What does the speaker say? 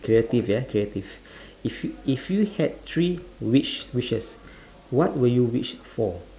creative ya creative if you if you had three wish wishes what would you wish for